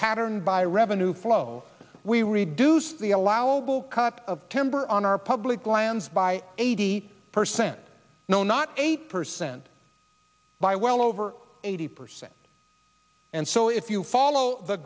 patterned by revenue flow we reduce the allowable cut of timber on our public lands by eighty percent no not eight percent by well over eighty percent and so if you follow the